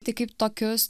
tai kaip tokius